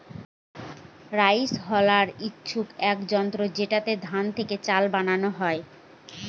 rice huller হচ্ছে এক যন্ত্র যেটাতে ধান থেকে চাল বানানো হয়